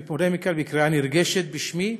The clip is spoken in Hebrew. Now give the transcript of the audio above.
אני פונה מכאן בקריאה נרגשת בשמי,